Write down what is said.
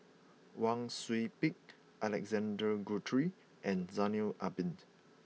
Wang Sui Pick Alexander Guthrie and Zainal Abidin